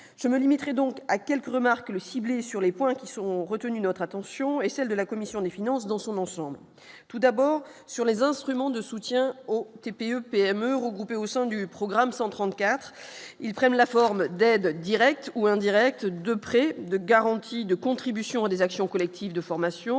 je me limiterai donc à quelques remarques le ciblés sur les points qui seront retenus notre attention et celle de la commission des finances dans son ensemble, tout d'abord sur les instruments de soutien ont TPE-PME groupés au sein du programme 134, ils prennent la forme d'aides directes ou indirectes de prêts, de garanties de contribution des actions collectives de formation